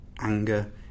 anger